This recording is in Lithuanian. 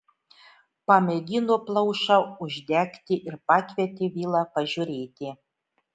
pamėgino plaušą uždegti ir pakvietė vilą pažiūrėti